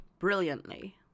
brilliantly